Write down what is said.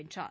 வென்றார்